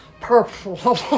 purple